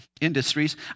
industries